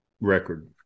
record